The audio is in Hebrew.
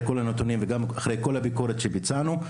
כל הנתונים ואחרי כל הביקורת שביצענו,